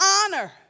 honor